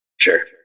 Sure